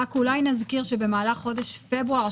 אולי נזכיר שבמהלך חודש פברואר,